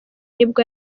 nibwo